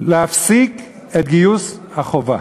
להפסיק את גיוס החובה.